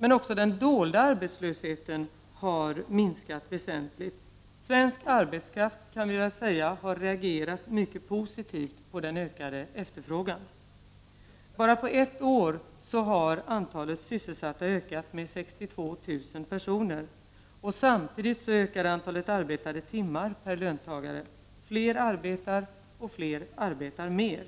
Men också den dolda arbetslösheten har minskat väsentligt. Svensk arbetskraft har reagerat mycket positivt på den ökade efterfrågan. Bara på ett år har antalet sysselsatta ökat med 62 000 personer. Samtidigt ökade antalet arbetade timmar per löntagare. Fler arbetar, och fler arbetar mer.